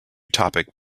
topic